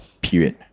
period